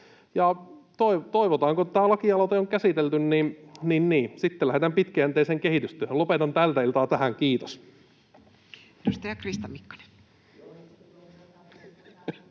sitten kun tämä lakialoite on käsitelty, lähdetään pitkäjänteiseen kehitystyöhön. — Lopetan tältä iltaa tähän. Kiitos. Edustaja Krista Mikkonen.